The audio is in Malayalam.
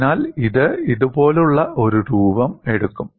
അതിനാൽ ഇത് ഇതുപോലുള്ള ഒരു രൂപം എടുക്കും